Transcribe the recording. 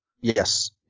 Yes